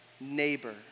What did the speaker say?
neighbor